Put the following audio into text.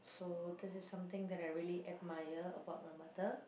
so this is something that I really admire about my mother